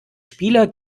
spieler